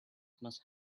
must